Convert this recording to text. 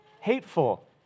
hateful